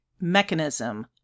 mechanism